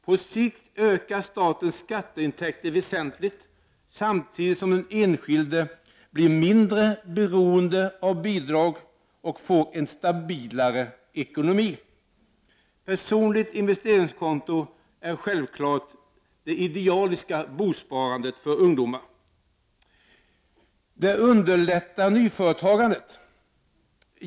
På sikt ökar statens skatteintäkter väsentligt, samtidigt som den enskilde blir mindre beroende av bidrag och får en stabilare ekonomi. Personligt investeringskonto är självfallet det idealiska bosparandet för ungdomar. — Det underlättar nyföretagandet.